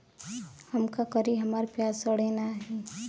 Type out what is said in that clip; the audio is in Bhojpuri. हम का करी हमार प्याज सड़ें नाही?